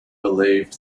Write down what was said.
believed